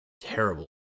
terrible